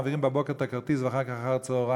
מעבירים בבוקר את הכרטיס ואחר כך אחר-הצהריים,